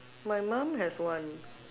my mum has one